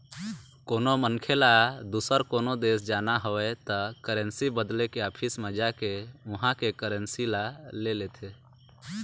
कोनो मनखे ल दुसर कोनो देश जाना हवय त करेंसी बदले के ऑफिस म जाके उहाँ के करेंसी ल ले लेथे